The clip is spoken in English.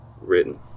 written